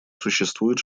существует